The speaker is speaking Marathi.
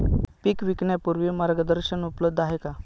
पीक विकण्यापूर्वी मार्गदर्शन उपलब्ध आहे का?